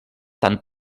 tant